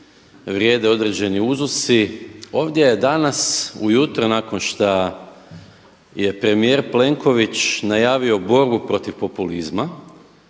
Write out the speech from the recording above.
vrijeme određeni uzusi. Ovdje je danas ujutro nakon što je premijer Plenković najavio borbu protiv populizma